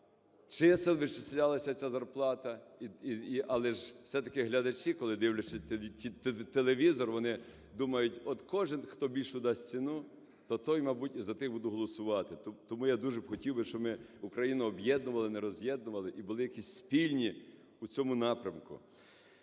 чиселвичислялася ця зарплата. Але ж все-таки глядачі, коли дивлячись телевізор, вони думають, от кожен, хто більшу дасть ціну, то той, мабуть, і за тих буду голосувати. Тому я дуже хотів би, щоб ми Україну об'єднували, не роз'єднували і були якісь спільні у цьому напрямку.